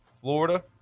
Florida